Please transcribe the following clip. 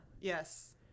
Yes